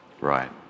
right